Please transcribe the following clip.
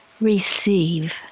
Receive